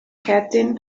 cerdyn